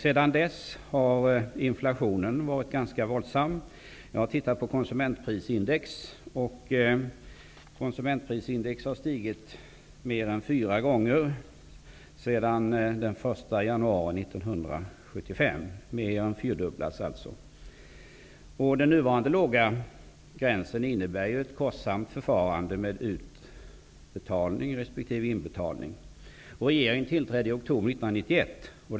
Sedan dess har inflationen varit ganska våldsam. Jag har tittat på konsumentprisindex och det har stigit mer än fyra gånger sedan den 1 januari 1975, mer än fyrdubblats alltså. Den nuvarande låga gränsen innebär ju att utbetalning respektive inbetalning blir ett kostsamt förfarande. Regeringen tillträdde i oktober 1991.